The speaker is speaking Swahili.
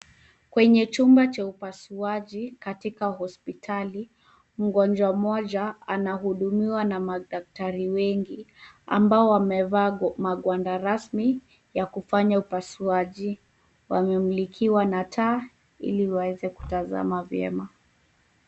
Kwenye chumba cha upasuaji katika hospitali, mgonjwa mmoja anahudumiwa na madaktari wengi ambao wamevaa magwanda rasmi ya kufanya upasuaji. Wamemulikiwa na taa ili waweze kutazama vyema.